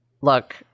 Look